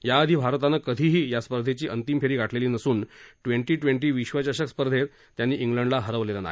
याआधी भारतानं कधीही या स्पर्धेची अंतिम फेरी गाठलेली नसून ट्वेंटी ट्वेंटी विश्वचषक स्पर्धेत त्यांनी ख्लंडला हरवलेलं नाही